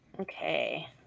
okay